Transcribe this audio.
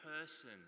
person